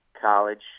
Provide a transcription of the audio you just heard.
college –